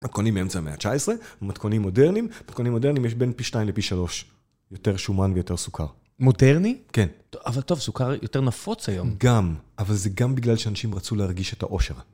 מתכונים מאמצע המאה ה-19, מתכונים מודרניים. מתכונים מודרניים יש בין פי 2 לפי 3. יותר שומן ויותר סוכר. מודרני? כן. אבל טוב, סוכר יותר נפוץ היום. גם. אבל זה גם בגלל שאנשים רצו להרגיש את העושר.